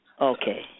Okay